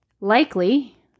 Likely